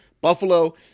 Buffalo